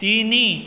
ତିନି